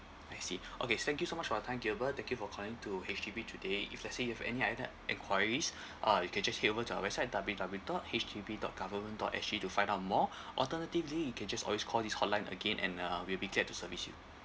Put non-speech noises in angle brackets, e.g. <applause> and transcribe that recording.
I see <breath> okay s~ thank you so much for your time gilbert thank you for calling to H_D_B today if let's say you have any other enquiries <breath> uh you can just head over to our website W W dot H D B dot government dot S G to find out more <breath> alternatively you can just always call this hotline again and uh we'll be glad to service you